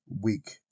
week